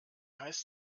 heißt